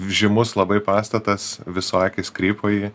žymus labai pastatas visų akys krypo į